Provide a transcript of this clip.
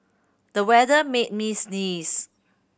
the weather made me sneeze